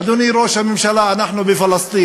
אדוני ראש הממשלה, אנחנו בפלסטין.